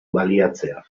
baliatzea